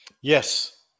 Yes